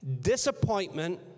disappointment